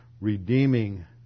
redeeming